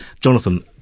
Jonathan